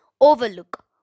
overlook